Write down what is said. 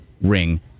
Ring